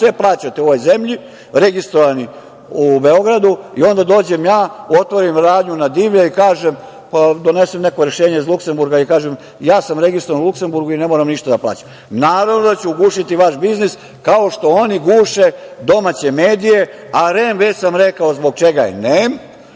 sve plaćate u ovoj zemlji, registrovani u Beogradu i onda dođem ja, otvorim radnju na divlje, pa donesem neko rešenje iz Luksemburga i kažem – ja sam registrovan u Luksemburgu i ne moram ništa da plaćam. Naravno da ću ugušiti vaš biznis, kao što oni guše domaće medije, a REM već sam rekao zbog čega je nem,